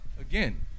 again